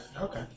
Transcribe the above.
Okay